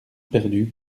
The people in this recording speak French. perdue